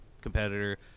competitor